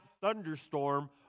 thunderstorm